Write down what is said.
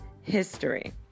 history